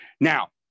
now